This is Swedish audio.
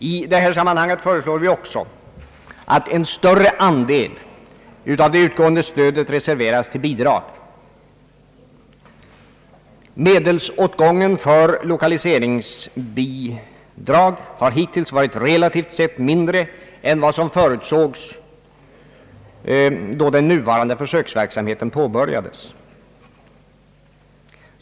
I detta sammanhang föreslår vi också att en större andel av det utgående stödet reserveras till bidrag. Medelsåtgång en för lokaliseringsbidrag har hittills varit relativt sett mindre än vad som förutsågs då den nuvarande försöksverksamheten påbörjades.